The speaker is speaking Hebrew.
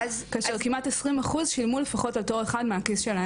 כאשר כמעט כ-20% שילמו לפחות על תור אחד מהכיס שלהם.